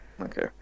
Okay